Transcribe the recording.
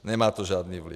Nemá to žádný vliv!